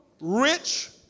rich